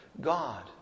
God